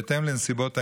בהתאם לנסיבות העניין.